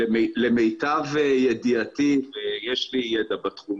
למיטב ידיעתי, ויש לי ידע בתחום,